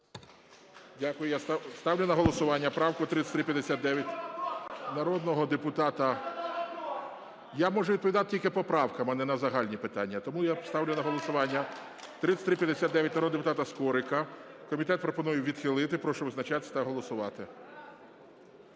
Дякую. Я ставлю на голосування правку 3359 народного депутата… (Шум у залі) Я можу відповідати тільки по правках, а не на загальні питання. Тому я ставлю на голосування 3359 народного депутата Скорика. Комітет пропонує відхилити. Прошу визначатися та голосувати.